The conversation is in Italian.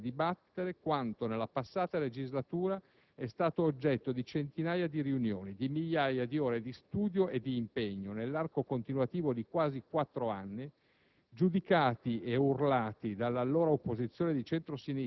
Quattro mesi in totale, dunque, per esaminare, discutere e dibattere quanto, nella passata legislatura, è stato oggetto di centinaia di riunioni, di migliaia di ore di studio e di impegno, nell'arco continuativo di quasi quattro anni,